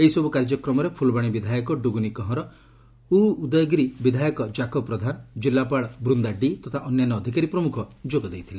ଏହିସବୁ କାର୍ଯ୍ୟକ୍ରମରେ ଫୁଲବାଶୀ ବିଧାୟକ ଡୁଗୁନି କହଁର ଉଉଦୟଗିରି ବିଧାୟକ ଜାକବ୍ ପ୍ରଧାନ ଜିଲ୍ଲାପାଳ ବୂନ୍ଦା ଡି ତଥା ଅନ୍ୟାନ୍ୟ ଅଧିକାରୀ ପ୍ରମୁଖ ଯୋଗ ଦେଇଥିଲେ